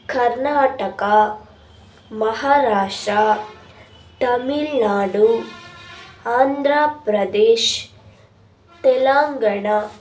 Karnataka Maharashtra Tamil Nadu Andhra Pradesh Telangana